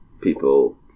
people